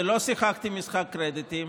ולא שיחקתי משחק קרדיטים